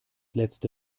letzte